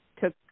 took